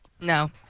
No